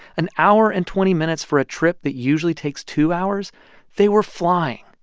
an hour and twenty minutes for a trip that usually takes two hours they were flying.